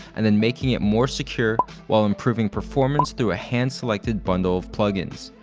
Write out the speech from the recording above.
and then making it more secure while improving performance through a hand-selected bundle of plugins.